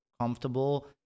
comfortable